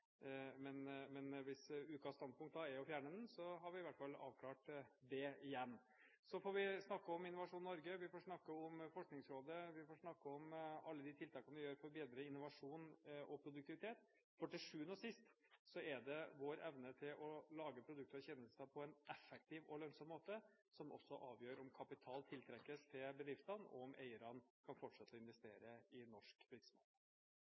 Men hvis ukens standpunkt er å fjerne den, har vi i alle fall avklart det igjen. Så får vi snakke om Innovasjon Norge, vi får snakke om Forskningsrådet, vi får snakke om alle de tiltakene vi gjør for å bedre innovasjon og produktivitet, for til sjuende og sist er det vår evne til å lage produkter og tjenester på en effektiv og lønnsom måte som også avgjør om kapital tiltrekkes til bedriftene, og om eierne kan fortsette å investere i norsk virksomhet.